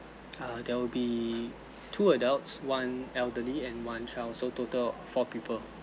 err there will be two adults one elderly and one child so total four people